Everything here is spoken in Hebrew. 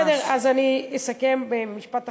טוב, בסדר, אז אני אסכם במשפט אחרון,